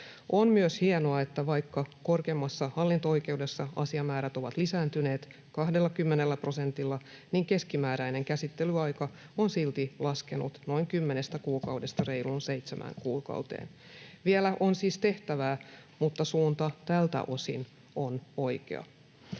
On myös hienoa, että vaikka korkeimmassa hallinto-oikeudessa asiamäärät ovat lisääntyneet 20 prosentilla, niin keskimääräinen käsittelyaika on silti laskenut noin 10 kuukaudesta reiluun 7 kuukauteen. Vielä on siis tehtävää, mutta suunta tältä osin on oikea.